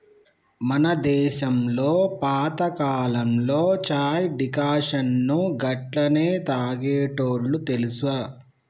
మన దేసంలో పాతకాలంలో చాయ్ డికాషన్ను గట్లనే తాగేటోల్లు తెలుసా